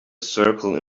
circle